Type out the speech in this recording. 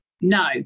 No